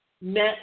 met